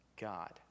God